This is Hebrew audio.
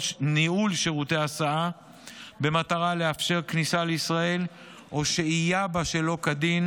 שירותי הסעה במטרה לאפשר כניסה לישראל או שהייה בה שלא כדין,